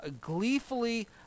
gleefully